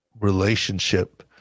relationship